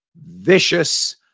vicious